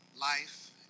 life